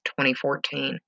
2014